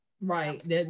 Right